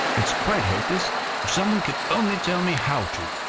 it's quite hopeless if someone could only tell me how to!